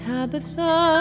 Tabitha